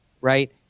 Right